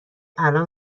الان